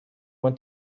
want